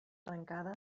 arrancada